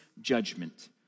judgment